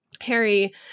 harry